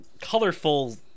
colorful